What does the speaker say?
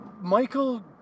Michael